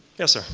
yes, sir?